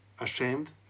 ashamed